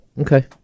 Okay